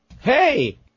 Hey